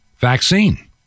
vaccine